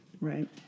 right